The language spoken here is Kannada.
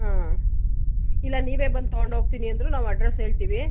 ಹಾಂ ಇಲ್ಲ ನೀವೇ ಬಂದು ತಗೊಂಡ್ಹೋಗ್ತಿನಿ ಅಂದರೂ ನಾವು ಅಡ್ರಸ್ ಹೇಳ್ತಿವಿ